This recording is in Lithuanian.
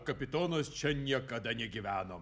kapitonas čia niekada negyveno